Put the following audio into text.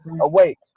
awake